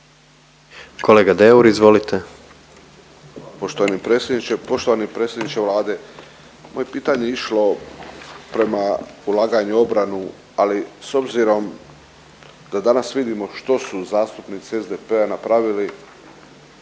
Kolega Deur izvolite.